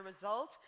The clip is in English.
result